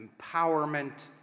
empowerment